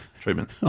treatment